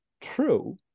true